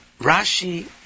Rashi